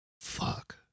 Fuck